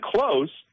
Close